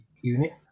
unit